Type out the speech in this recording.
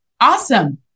Awesome